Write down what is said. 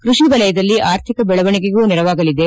ಕ್ರಷಿ ವಲಯದಲ್ಲಿ ಆರ್ಥಿಕ ಬೆಳವಣಿಗೆಗೂ ನೆರವಾಗಲಿದೆ